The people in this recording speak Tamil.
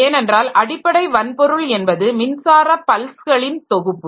ஏனென்றால் அடிப்படை வன்பொருள் என்பது மின்சார பல்ஸ்களின் தொகுப்பு